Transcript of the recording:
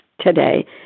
today